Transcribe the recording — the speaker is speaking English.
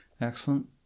excellent